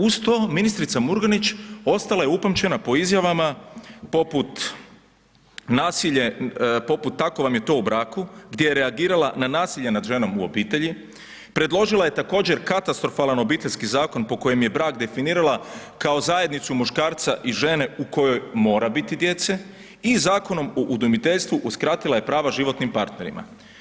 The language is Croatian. Uz to ministrica Murganić ostala je upamćena po izjavama poput nasilje, poput tako vam je to u braku, gdje je reagirala na nasilje nad ženom u obitelji, predložila je također katastrofalan Obiteljski zakon po kojem je brak definirala kao zajednicu muškarca i žene u kojoj mora biti djece i Zakonom o udomiteljstvu uskratila je prava životnim partnerima.